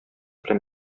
белән